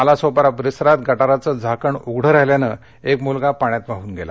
नालासोपारा परिसरातगटाराचं झाकण उघडं राहिल्यानं एक मुलगा पाण्यात वाहून गेला